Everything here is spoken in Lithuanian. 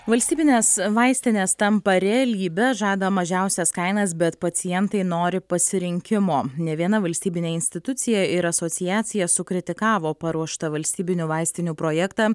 valstybinės vaistinės tampa realybe žada mažiausias kainas bet pacientai nori pasirinkimo ne viena valstybinė institucija ir asociacija sukritikavo paruoštą valstybinių vaistinių projektą